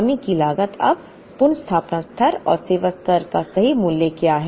कमी की लागत अब पुनर्स्थापना स्तर और सेवा स्तर का सही मूल्य क्या है